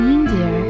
India